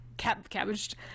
cabbage